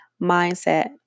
mindset